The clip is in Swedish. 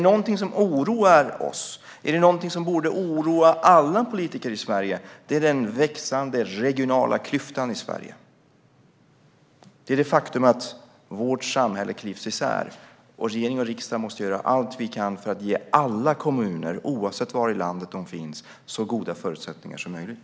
Något som oroar oss och som borde oroa alla politiker i Sverige är nämligen den växande regionala klyftan och att vårt samhälle klyvs isär. Regeringen och riksdagen måste därför göra allt vi kan för att ge alla kommuner, oavsett var i landet de finns, så goda förutsättningar som möjligt.